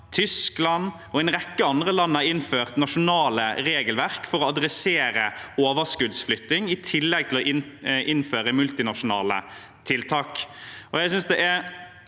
Tyskland og en rekke andre land har innført nasjonale regelverk for å adressere overskuddsflytting i tillegg til å innføre multinasjonale tiltak.